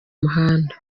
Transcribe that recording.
muhanda